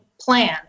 plan